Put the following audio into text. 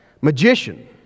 magician